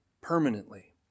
permanently